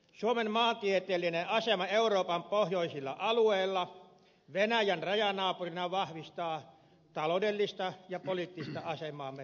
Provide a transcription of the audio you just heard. suomen maantieteellinen asema euroopan pohjoisilla alueilla venäjän rajanaapurina vahvistaa taloudellista ja poliittista asemaamme paikallisesti